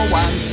one